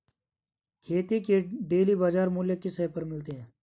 खेती के डेली बाज़ार मूल्य किस ऐप पर मिलते हैं?